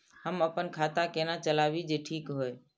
हम अपन खाता केना चलाबी जे ठीक होय?